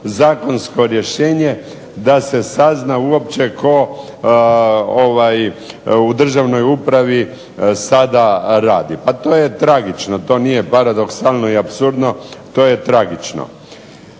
zakonsko rješenje da se sazna uopće tko u državnoj upravi sada radi. Pa to je tragično. To nije paradoksalno i apsurdno. To je tragično.